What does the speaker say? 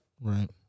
Right